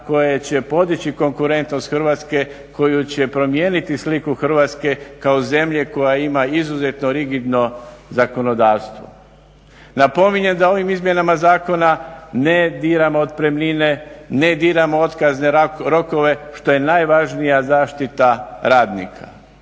koje će podići konkurentnost Hrvatske, koju će promijeniti sliku Hrvatske kao zemlju koja ima izuzetno rigidno zakonodavstvo. Napominjem da ovim izmjenama zakona ne diramo otpremnine, ne diramo otkazne rokove što je najvažnija zaštita radnika.